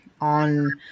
on